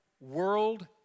world